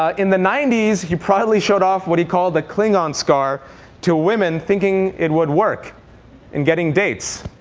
ah in the ninety s, he proudly showed off what he called the klingon scar to women thinking it would work in getting dates.